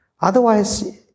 Otherwise